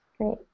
great